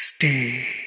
Stay